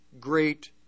great